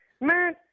man